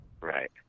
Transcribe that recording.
Right